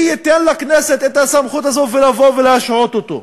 מי ייתן לכנסת את הסמכות הזאת לבוא ולהשעות אותו?